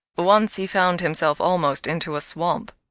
once he found himself almost into a swamp.